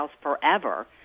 forever